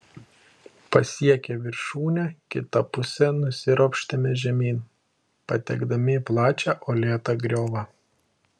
pasiekę viršūnę kita puse nusiropštėme žemyn patekdami į plačią uolėtą griovą